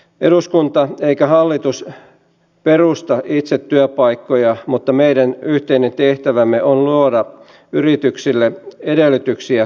eduskunta tai hallitus eivät perusta itse työpaikkoja mutta meidän yhteinen tehtävämme on luoda yrityksille edellytyksiä työllistämiseen